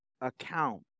account